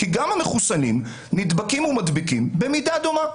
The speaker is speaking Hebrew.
כי גם המחוסנים נדבקים ומדביקים במידה דומה.